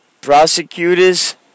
Prosecutors